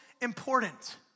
important